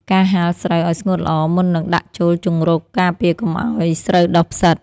ការហាលស្រូវឱ្យស្ងួតល្អ មុននឹងដាក់ចូលជង្រុក ការពារកុំឱ្យស្រូវដុះផ្សិត។